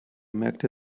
merkte